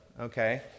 okay